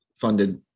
funded